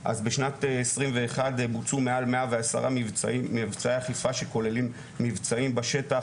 אז בשנת 2021 בוצעו מעל 110 מבצעי אכיפה שכוללים מבצעים בשטח,